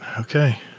Okay